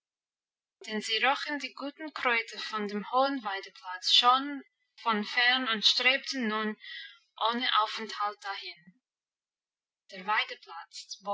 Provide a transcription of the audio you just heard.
denn sie rochen die guten kräuter von dem hohen weideplatz schon von fern und strebten nun ohne aufenthalt dahin der